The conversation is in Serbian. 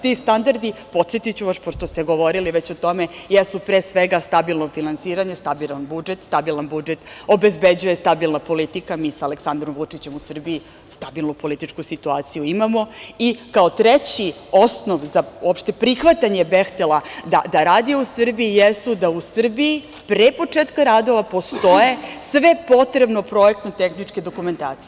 Ti standardi, podsetiću vas, pošto ste govorili već o tome, jesu pre svega stabilno finansiranje, stabilan budžet, stabilan budžet obezbeđuje stabilna politika, mi sa Aleksandrom Vučićem u Srbiji stalnu političku situaciju imamo, i kao treći osnov za uopšte prihvatanje „Behtela“ da radi u Srbiji jesu da u Srbiji pre početka radova postoje sve potrebne projektno-tehničke dokumentacije.